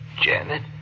Janet